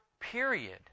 period